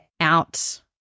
out